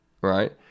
right